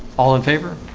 all in favor,